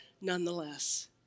nonetheless